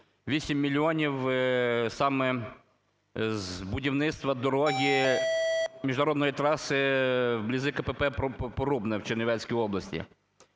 68 мільйонів саме з будівництва дороги, міжнародної траси поблизу КПП "Порубне" в Чернівецькій області.